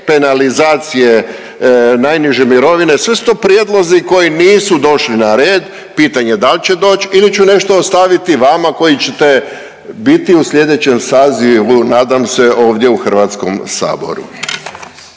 depenalizacije najniže mirovine, sve su to prijedlozi koji nisu došli na red, pitanje je dal će doć ili ću nešto ostaviti vama koji ćete biti u slijedećem sazivu nadam se ovdje u HS. Pogledao